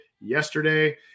yesterday